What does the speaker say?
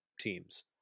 teams